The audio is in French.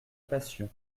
passion